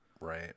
Right